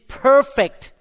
perfect